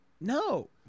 No